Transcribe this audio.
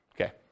Okay